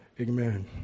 Amen